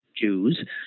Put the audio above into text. Jews